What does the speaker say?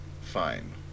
Fine